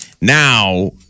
Now